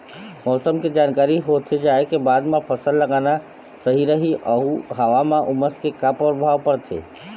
मौसम के जानकारी होथे जाए के बाद मा फसल लगाना सही रही अऊ हवा मा उमस के का परभाव पड़थे?